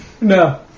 No